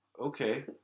okay